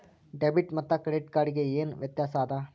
Debit ಮತ್ತ credit card ಗೆ ಏನ ವ್ಯತ್ಯಾಸ ಆದ?